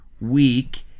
week